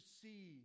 see